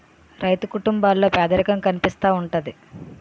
రైతు కుటుంబాల్లో పేదరికం కనిపిస్తా ఉంటది